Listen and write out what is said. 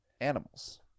animals